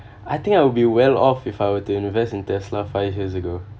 I think I will be well off if I were to invest in Tesla five years ago